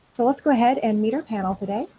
but let's go ahead and meet our panel today?